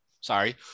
sorry